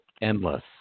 endless